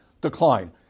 decline